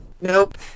Nope